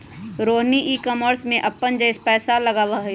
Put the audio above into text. Rohini e-commerce में अप्पन पैसा लगअलई ह